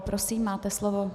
Prosím, máte slovo.